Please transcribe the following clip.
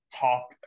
top